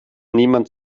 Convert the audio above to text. niemand